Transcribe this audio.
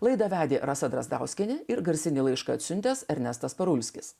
laidą vedė rasa drazdauskienė ir garsinį laišką atsiuntęs ernestas parulskis